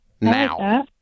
now